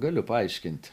galiu paaiškint